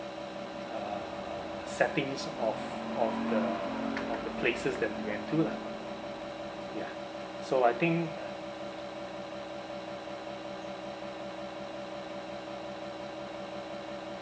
uh settings of of the of the places that we went to lah ya so I think